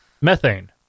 methane